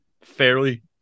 fairly